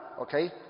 okay